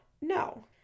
No